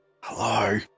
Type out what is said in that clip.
Hello